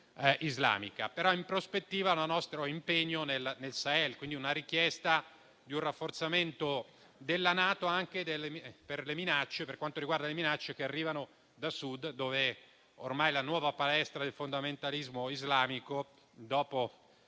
però in prospettiva a un nostro impegno nel Sahel, quindi a una richiesta di un rafforzamento della NATO anche per quanto riguarda le minacce che arrivano da Sud, dove ormai si è spostata la nuova palestra del fondamentalismo islamico dopo